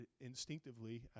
instinctively